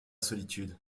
solitude